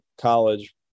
college